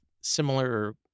similar